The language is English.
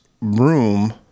room